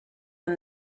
and